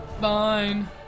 Fine